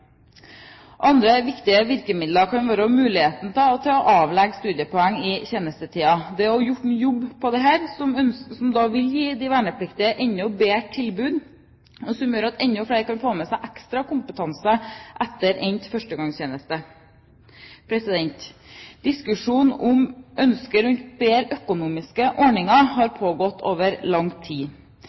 Andre viktige virkemidler kan være muligheten til å avlegge studiepoeng i tjenestetiden. Det er også gjort en jobb når det gjelder dette, som vil gi de vernepliktige et enda bedre tilbud, og som gjør at enda flere kan få med seg ekstra kompetanse etter endt førstegangstjeneste. Diskusjonen rundt ønsket om bedre økonomiske ordninger har pågått over lang tid.